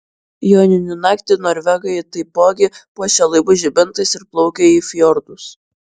joninių naktį norvegai taipogi puošia laivus žibintais ir plaukia į fjordus